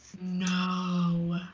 No